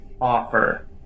offer